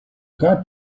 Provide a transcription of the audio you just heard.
got